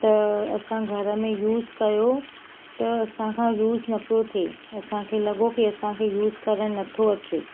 त असां घर में यूज़ कयो त असां खां यूज़ न पियो थिए असांखे लॻो की असांखे यूज़ करणु न थो अचे